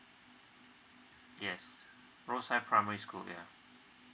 yes primary school yeah